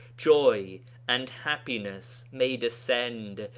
joy and happiness may descend,